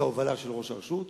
וההובלה של ראש הרשות,